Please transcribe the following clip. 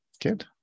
Good